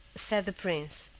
said the prince,